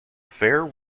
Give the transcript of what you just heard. fair